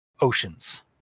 oceans